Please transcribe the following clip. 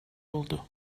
oldu